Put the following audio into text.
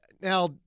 Now